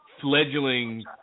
fledgling